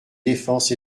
défense